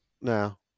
Now